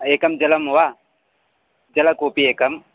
एकं जलं वा जलकूपः एकम्